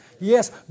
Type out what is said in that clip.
Yes